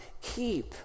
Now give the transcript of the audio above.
keep